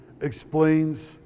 explains